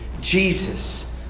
Jesus